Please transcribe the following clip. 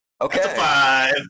Okay